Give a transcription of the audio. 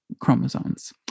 chromosomes